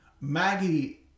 ...Maggie